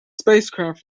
spacecraft